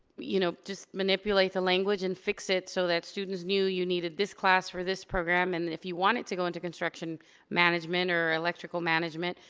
you know, just manipulate the language, and fix it so that students knew you needed this class for this program and if you wanted to go into construction management, or electrical management,